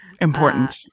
Important